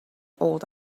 old